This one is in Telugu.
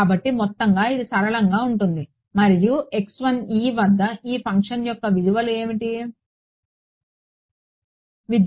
కాబట్టి మొత్తంగా ఇది సరళంగా ఉంటుంది మరియు వద్ద ఈ ఫంక్షన్ యొక్క విలువలు ఏమిటి x వద్ద ఈ ఫంక్షన్ విలువ ఏమిటి